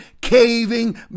caving